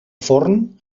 forn